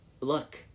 Look